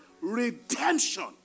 redemption